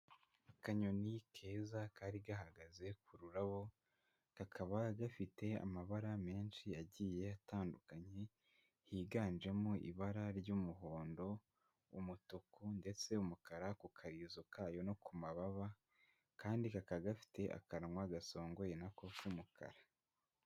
Akanyoni keza kari gahagaze ku rurabo, kakaba gafite amabara menshi agiye atandukanye, higanjemo ibara ry'umuhondo, umutuku, ndetse umukara ku karizo kayo no ku mababa, kandi kakaba gafite akanwa gasongoye nako k'umukara.